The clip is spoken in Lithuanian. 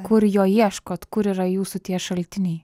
kur jo ieškot kur yra jūsų tie šaltiniai